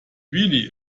really